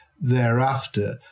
thereafter